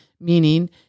meaning